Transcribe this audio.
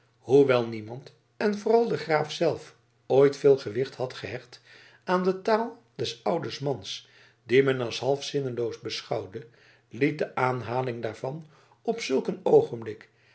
hoewel niemand en vooral de graaf zelf ooit veel gewicht had gehecht aan de taal des ouden mans dien men als half zinneloos beschouwde liet de aanhaling daarvan op zulk een oogenblik